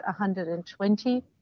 120